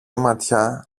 ματιά